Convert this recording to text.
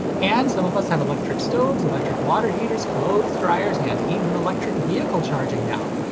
and some of us have electric stoves, electric water heaters, clothes dryers, and even electric vehicle charging now!